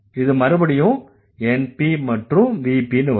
இது மறுபடியும் NP மற்றும் VP ன்னு வரும்